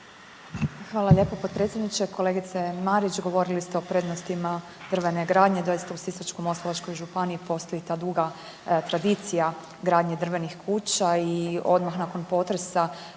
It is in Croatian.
Hvala lijepo potpredsjedniče. Kolegice Marić, govorili ste o prednostima drvene gradnje. Doista u Sisačko-moslavačkoj županiji postoji ta duga tradicija gradnje drvenih kuća i odmah nakon potresa